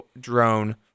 drone